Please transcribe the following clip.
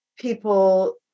people